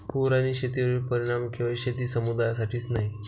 पूर आणि शेतीवरील परिणाम केवळ शेती समुदायासाठीच नाही